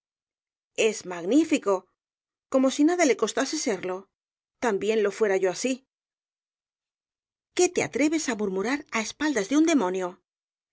es magnífico como si nada le costase serlo también lo fuera yo así qué te atreves á murmurar á espaldas de un demonio